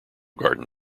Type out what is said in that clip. garden